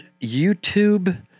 YouTube